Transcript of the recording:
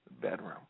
bedroom